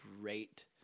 great